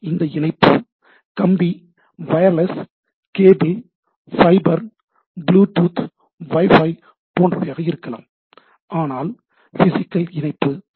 இந்த இணைப்பு கம்பி wireless cable fibre Bluetooth wifi போன்றவையாக இருக்கலாம் ஆனால் பிசிகல் இணைப்பு தேவை